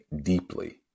deeply